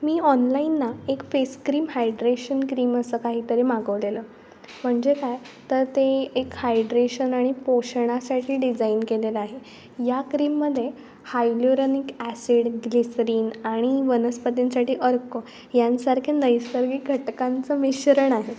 मी online ना एक face cream hydration cream असं काहीतरी मागवलेलं म्हणजे काय तर ते एक हायड्रेशन आणि पोषणासाठी डिझाईन केलेलं आहे या क्रीममध्ये हायलोरनिक ॲसिड ग्लिसरीन आणि वनस्पतींसाठी अर्को यांसारखे नैसर्गिक घटकांचं मिश्रण आहे